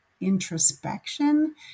introspection